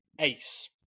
Ace